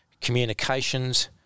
communications